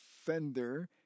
Fender